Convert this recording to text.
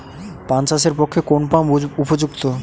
পান চাষের পক্ষে কোন পাম্প উপযুক্ত?